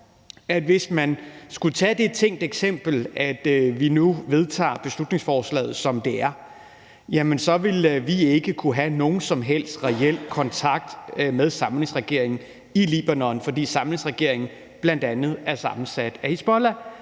at hvis man skulle tage det tænkte eksempel, at vi nu vedtager beslutningsforslaget, som det er, så ville vi ikke kunne have nogen som helst reel kontakt med samlingsregeringen i Libanon, fordi samlingsregeringen bl.a. er sammensat af Hizbollah,